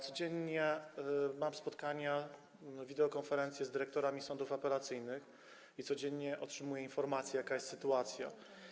Codziennie mam spotkania, wideokonferencje z dyrektorami sądów apelacyjnych i codziennie otrzymuję informację, jaka jest sytuacja.